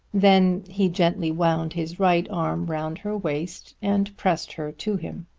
then he gently wound his right arm round her waist and pressed her to him.